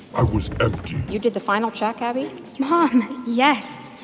i was empty you did the final check, abby mom, yes.